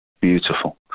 beautiful